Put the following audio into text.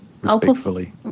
respectfully